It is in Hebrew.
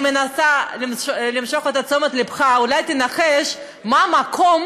אני מנסה למשוך את תשומת לבך: אולי תנחש מה המקום